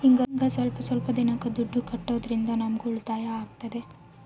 ಹಿಂಗ ಸ್ವಲ್ಪ ಸ್ವಲ್ಪ ದಿನಕ್ಕ ದುಡ್ಡು ಕಟ್ಟೋದ್ರಿಂದ ನಮ್ಗೂ ಉಳಿತಾಯ ಆಗ್ತದೆ